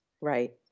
Right